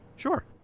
Sure